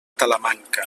talamanca